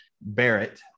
barrett